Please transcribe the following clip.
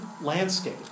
landscape